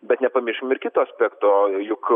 bet nepamiršim ir kito aspekto juk